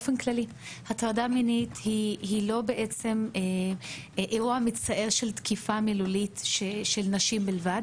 הטרדה מינית היא לא אירוע מצער של תקיפת מילולית של נשים בלבד.